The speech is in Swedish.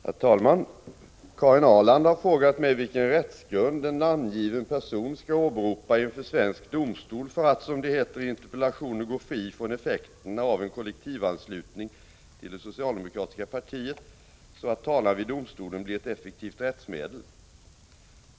Herr talman! Karin Ahrland har frågat mig vilken rättsgrund en namngiven person skall åberopa inför svensk domstol för att — som det heter i interpellationen — gå fri från effekterna av en kollektivanslutning till det socialdemokratiska partiet, så att talan vid domstolen blir ett effektivt rättsmedel.